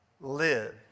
live